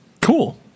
cool